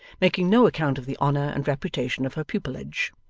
making no account of the honour and reputation of her pupilage.